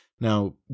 now